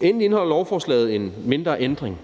Endelig indeholder lovforslaget en mindre ændring,